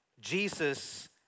Jesus